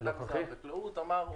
מנכ"ל משרד החקלאות אמר,